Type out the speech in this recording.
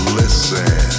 listen